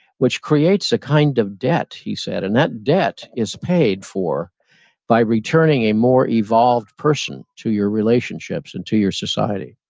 which creates a kind of debt, he said. and that debt is paid for by returning a more evolved person to your relationships and to your society.